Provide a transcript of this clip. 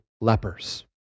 lepers